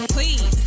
Please